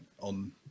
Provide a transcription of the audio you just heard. on